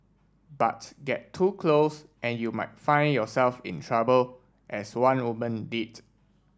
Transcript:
but get too close and you might find yourself in trouble as one woman did